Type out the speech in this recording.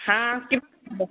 হাঁহ